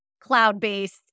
cloud-based